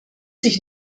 sich